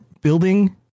building